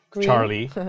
...Charlie